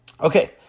okay